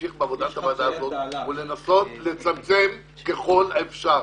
להמשיך בעבודת הוועדה הזאת ולנסות לצמצם את זה ככל האפשר,